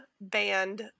Band